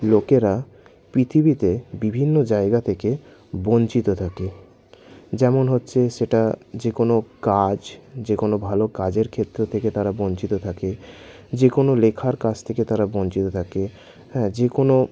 লোকেরা পৃথিবীতে বিভিন্ন জায়গা থেকে বঞ্চিত থাকে যেমন হচ্ছে সেটা যে কোনো কাজ যে কোনো ভালো কাজের ক্ষেত্র থেকে তারা বঞ্চিত থাকে যে কোনো লেখার কাজ থেকে তারা বঞ্চিত থাকে হ্যাঁ যে কোনো